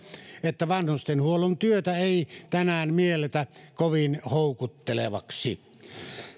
että vanhustenhuollon työtä ei tänään mielletä kovin houkuttelevaksi